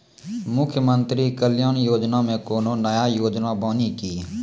मुख्यमंत्री कल्याण योजना मे कोनो नया योजना बानी की?